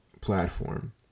platform